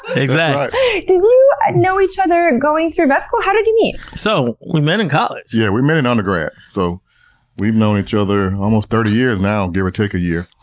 exactly. you know each other going through vet school? how did you meet? so we met in college. yeah, we met in undergrad, so we've known each other almost thirty years now, give or take a year.